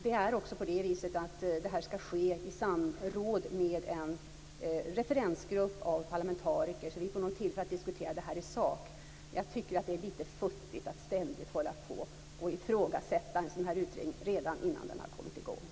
Det här ska också ske i samråd med en referensgrupp av parlamentariker, så vi får nog tillfälle att diskutera detta i sak. Jag tycker att det är lite futtigt att ständigt hålla på och ifrågasätta en sådan här utredning redan innan den har kommit i gång.